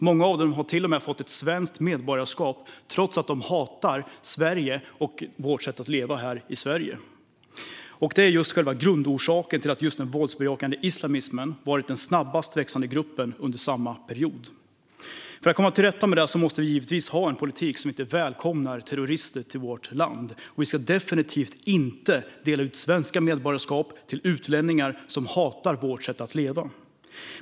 Många av dem har till och med fått svenskt medborgarskap, trots att de hatar Sverige och vårt sätt att leva i Sverige. Det är själva grundorsaken till att just den våldsbejakande islamismen varit den snabbast växande gruppen under samma period. För att komma till rätta med detta måste det givetvis finnas en politik som inte välkomnar terrorister till vårt land. Vi ska definitivt inte dela ut svenska medborgarskap till utlänningar som hatar vårt sätt att leva.